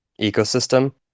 ecosystem